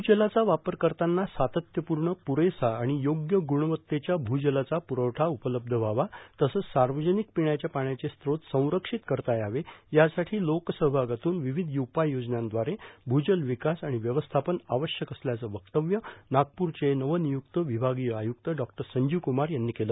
भूजलाचा वापर करताना सातत्यपूर्ण पुरेसा आणि योग्य गुणवत्तेच्या भूजलाचा पुरवठा उपलब्ध व्हावा तसंच सार्वजनिक पिण्याच्या पाण्याचे स्त्रोत संरक्षित करता यावे यासाठी लोकसहभागातून विविध उपाययोजनांद्वारे भूजल विकास आणि व्यवस्थापन आवश्यक असल्याचं वक्तव्य नागपूरचे नवनियुक्त विभागीय आयुक्त डॉ संजीव कूमार यांनी केलं